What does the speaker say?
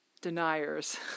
deniers